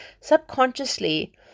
subconsciously